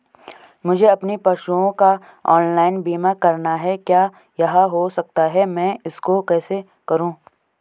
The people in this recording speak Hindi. मुझे अपने पशुओं का ऑनलाइन बीमा करना है क्या यह हो सकता है मैं इसको कैसे करूँ?